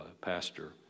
pastor